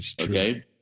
Okay